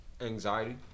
anxiety